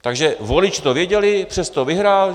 Takže voliči to věděli, přesto vyhrál.